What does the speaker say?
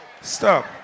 Stop